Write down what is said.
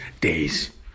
days